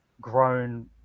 grown